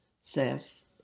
says